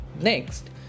Next